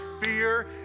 fear